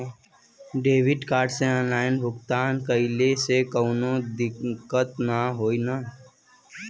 Debit card से online भुगतान कइले से काउनो दिक्कत ना होई न?